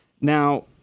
Now